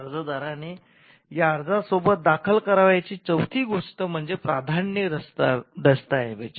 अर्जदाराने या अर्जासोबत दाखल करावयाची चौथी गोष्ट म्हणजे प्राधान्य दस्तऐवज